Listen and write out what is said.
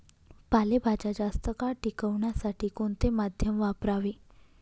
पालेभाज्या जास्त काळ टिकवण्यासाठी कोणते माध्यम वापरावे?